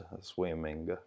swimming